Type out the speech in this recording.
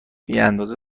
بیاندازه